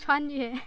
穿越